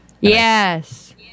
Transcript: yes